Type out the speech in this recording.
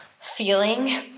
feeling